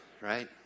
Right